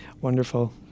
Wonderful